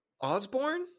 Osborne